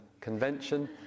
convention